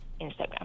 Instagram